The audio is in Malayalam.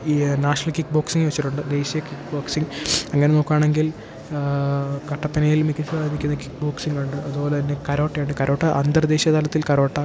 ഈ നാഷണൽ കിക്ക് ബോക്സിങ് വെച്ചിട്ടുണ്ട് ദേശീയ കിക്ക് ബോക്സിംഗ് അങ്ങനെ നോക്കുവാണെങ്കിൽ കട്ടപ്പനയിൽ മികച്ചതായി നിൽക്കുന്ന കിക്ക് ബോക്സിങ്ങുണ്ട് അതുപോലെ തന്നെ കരോട്ടയുണ്ട് കരോട്ട അന്തർ ദേശീയ തലത്തിൽ കരോട്ട